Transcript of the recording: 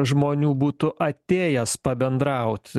žmonių būtų atėjęs pabendraut